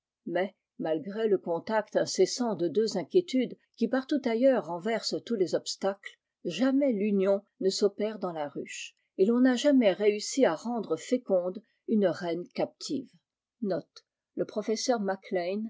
mais malgré le contact incessant de deux inquiétudes qui partout ailleurs renversent tous les obstacles jamais l'union ne s'opère dans la ruche et l'on n'a jamais réussi à rendre féconde lîne reine captive